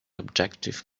objective